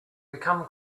become